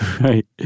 right